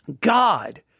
God